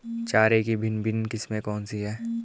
चारे की भिन्न भिन्न किस्में कौन सी हैं?